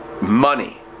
money